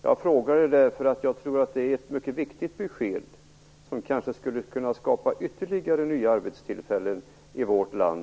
Jag frågar därför att jag tror att det är ett mycket viktigt besked som kanske skulle kunna skapa ytterligare nya arbetstillfällen i vårt land.